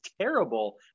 terrible